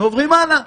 ועוברים הלאה.